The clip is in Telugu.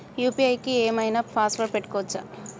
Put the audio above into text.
యూ.పీ.ఐ కి ఏం ఐనా పాస్వర్డ్ పెట్టుకోవచ్చా?